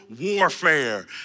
warfare